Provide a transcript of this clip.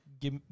Give